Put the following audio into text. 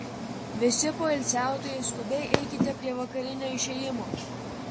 visi poilsiautojai skubiai eikite prie vakarinio išėjimo